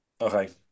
Okay